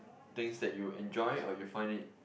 things that you enjoy or you find it